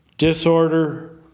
Disorder